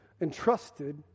entrusted